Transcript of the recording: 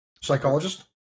psychologist